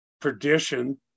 perdition